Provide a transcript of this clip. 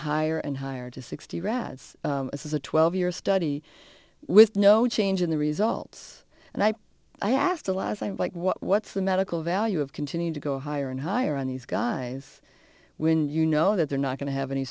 higher and higher to sixty rads as a twelve year study with no change in the results and i i asked a lot as i would like what what's the medical value of continue to go higher and higher on these guys when you know that they're not going to have any